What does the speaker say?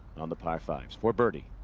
on the par-fives. for birdie.